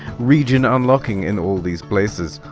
region unlocking in all these places,